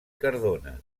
cardona